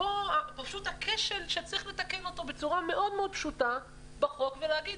ופה פשוט הכשל שצריך לתקן אותו בצורה מאוד מאוד פשוטה בחוק ולהגיד: